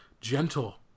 gentle